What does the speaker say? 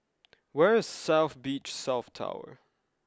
where is South Beach South Tower